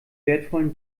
wertvollen